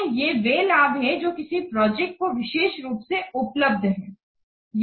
ये वे लाभ हैं जो किसी प्रोजेक्ट को विशेष रूप से उपलब्ध हैं